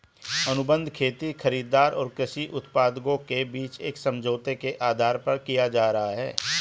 अनुबंध खेती खरीदार और कृषि उत्पादकों के बीच एक समझौते के आधार पर किया जा रहा है